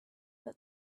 but